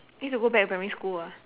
need to go back primary school ah